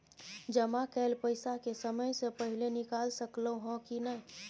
जमा कैल पैसा के समय से पहिले निकाल सकलौं ह की नय?